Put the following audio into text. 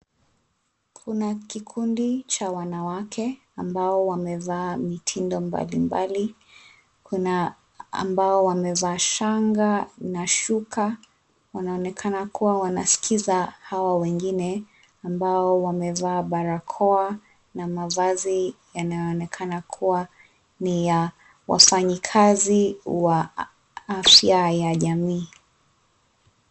Kuna kikundi cha wanawake ambao wamevaa mitindo mbali mbali. Kuna ambao wamevaa shanga na shuka. Wanaonekana kuwa wanaskiza hawa wengine ambao wamevaa barakoa na mavazi yanayoonekana kuwa ni ya wafanyikazi wa afya ya jamii.